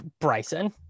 Bryson